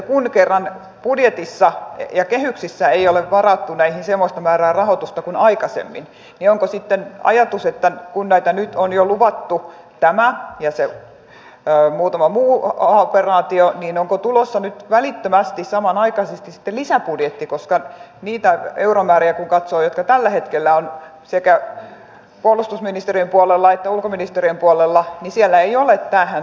kun kerran budjetissa ja kehyksissä ei ole varattu näihin semmoista määrää rahoitusta kuin aikaisemmin niin onko sitten ajatus kun näitä nyt on jo luvattu tämä ja se muutama muu operaatio että on tulossa nyt välittömästi samanaikaisesti sitten lisäbudjetti koska niitä euromääriä kun katsoo jotka tällä hetkellä ovat sekä puolustusministeriön puolella että ulkoministeriön puolella niin siellä ei ole tähän rahoitusta